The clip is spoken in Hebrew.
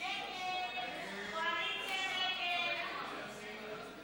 ההצעה להעביר לוועדה